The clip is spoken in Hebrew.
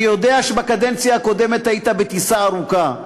אני יודע שבקדנציה הקודמת היית בטיסה ארוכה,